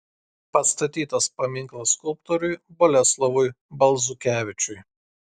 pastatytas paminklas skulptoriui boleslovui balzukevičiui